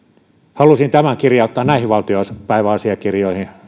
halusin tämän kirjauttaa näihin valtiopäiväasiakirjoihin